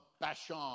Bashan